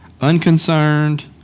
unconcerned